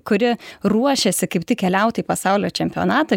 kuri ruošiasi kaip tik keliaut į pasaulio čempionatą